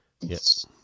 Yes